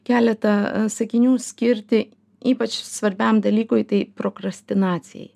keletą sakinių skirti ypač svarbiam dalykui tai prokrastinacijai